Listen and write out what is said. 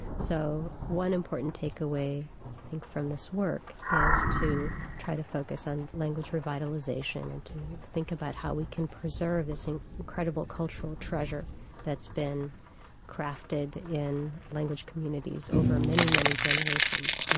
so one important take-away i think from this work is to try to focus on language revitalisation and to think about how we can preserve this incredible cultural treasure that's been crafted in language communities over many, many generations.